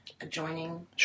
adjoining